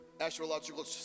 astrological